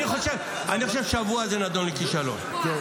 אני חושב ששבוע זה נידון לכישלון.